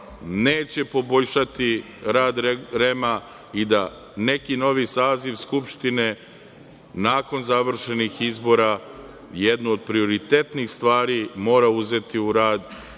neće poboljšati rad REM i da neki novi saziv Skupštine, nakon završenih izbora, jedna od prioritetnih stvari, mora uzeti u rad, a